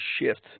shift